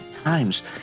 times